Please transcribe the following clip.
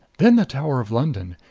then the tower of london.